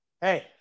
Hey